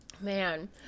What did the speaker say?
man